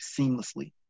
seamlessly